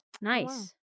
Nice